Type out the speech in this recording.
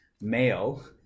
male